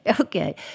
Okay